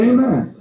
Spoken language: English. Amen